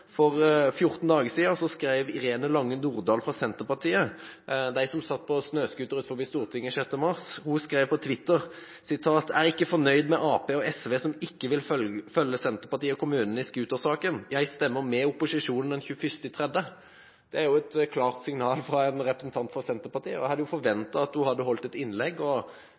for 14 dager siden skrev på Twitter: «Er ikke fornøyd med Ap og SV som ikke vil følge Senterpartiet og kommunene i scooter-saken. Jeg stemmer med opposisjonen den 21. Det er et klart signal fra en representant fra Senterpartiet, og jeg hadde forventet at hun hadde holdt et innlegg og